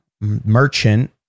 merchant